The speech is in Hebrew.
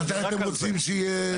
מתי אתם רוצים שיהיו תשובות?